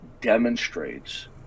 demonstrates